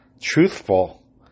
truthful